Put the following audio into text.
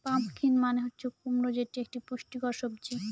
pumpkin মানে হচ্ছে কুমড়ো যেটি এক পুষ্টিকর সবজি